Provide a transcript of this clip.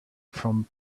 from